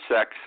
Sex